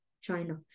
China